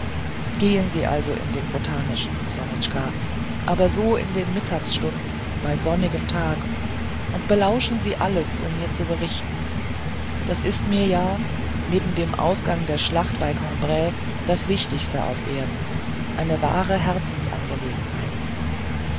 gehen sie also in den botanischen sonitschka aber so in den mittagsstunden bei sonnigem tag und belauschen sie alles um mir zu berichten das ist mir ja neben dem ausgang der schlacht bei cambrai das wichtigste auf erden eine wahre herzensangelegenheit